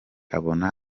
abona